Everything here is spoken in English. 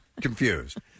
confused